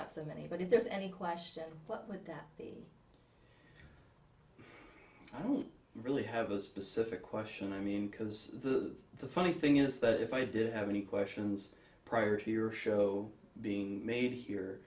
have so many but if there's any question with that i don't really have a specific question i mean because the the funny thing is that if i did have any questions prior to your show being made here